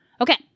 Okay